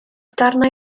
darnau